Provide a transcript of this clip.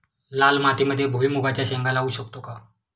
लाल मातीमध्ये भुईमुगाच्या शेंगा लावू शकतो का?